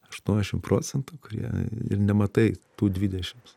aštuoniasdešimt procentų kurie ir nematai tų dvidešims